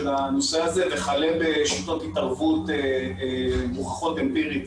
הנושא הזה וכלה בשיטות התערבות מוכחות אמפירית